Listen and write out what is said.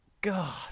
God